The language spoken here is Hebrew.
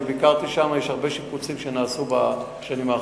אני ביקרתי שם, הרבה שיפוצים נעשו בשנים האחרונות.